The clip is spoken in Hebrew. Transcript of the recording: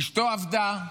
אשתו עבדה,